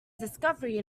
discovery